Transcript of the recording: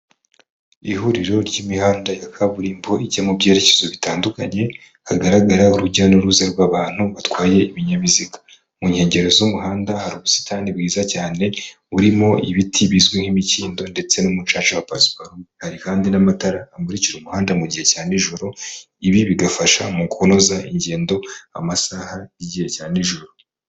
Ihuriro ry'imihanda ya kaburimbo ijya mu byerekezo bitandukanye, hagaragara urujya n'uruza rw'abantu batwaye ibinyabiziga. Mu nkengero z'umuhanda hari ubusitani bwiza cyane burimo ibiti bizwi nk'imikindo ndetse n'umucaca wa pasiparumo. Hari kandi n'amatara amurikira umuhanda mu gihe cya nijoro, ibi bigafasha mu kunoza ingendo amasaha y'igihe cya nijoro.